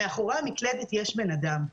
מאחורי המקלדת יש בן אדם.